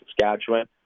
Saskatchewan